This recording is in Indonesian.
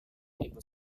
ibu